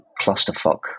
clusterfuck